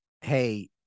hey